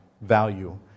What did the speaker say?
value